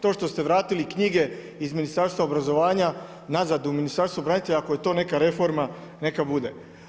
To što ste vratili knjige iz Ministarstva obrazovanja nazad u Ministarstvo branitelja ako je to neka reforma neka bude.